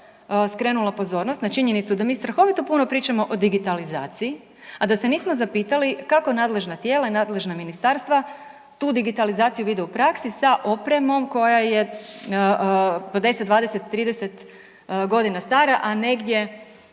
skrenula pozornost na činjenicu da mi strahovito puno pričamo o digitalizaciji, a da se nismo zapitali kako nadležna tijela i nadležna ministarstva tu digitalizaciju vide u praksi sa opremom koja je po 10, 20, 30 godina stara, a negdje